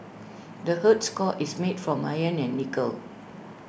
the Earth's core is made from iron and nickel